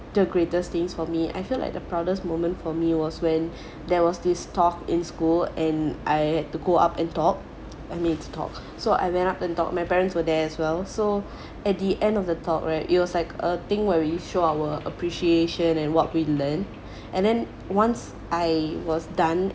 the greatest things for me I felt like the proudest moment for me was when there was this talk in school and I had to go up and talk I mean it's talk so I went up and talk my parents were there as well so at the end of the talk right it was like a thing where we show our appreciation and what we learn and then once I was done